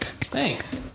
Thanks